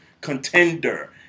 contender